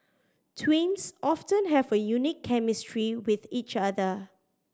twins often have a unique chemistry with each other